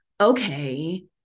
okay